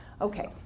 Okay